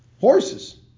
Horses